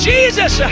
Jesus